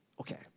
Okay